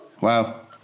Wow